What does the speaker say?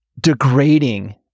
Degrading